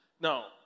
Now